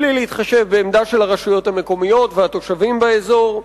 בלי להתחשב בעמדה של הרשויות המקומיות ושל התושבים באזור,